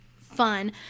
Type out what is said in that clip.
fun